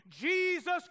Jesus